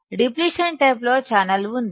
depletion type లో channel ఉంది